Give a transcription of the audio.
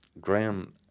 Graham